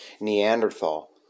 Neanderthal